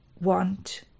want